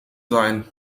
sein